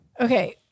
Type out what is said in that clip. Okay